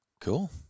Cool